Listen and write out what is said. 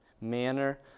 manner